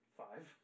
five